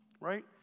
right